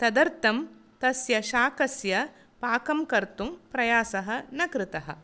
तदर्थं तस्याः शाकायाः पाकं कर्तुं प्रयासः न कृतः